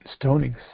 stonings